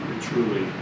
truly